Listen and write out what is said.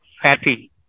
happy